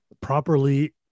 properly